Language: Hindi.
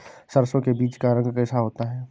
सरसों के बीज का रंग कैसा होता है?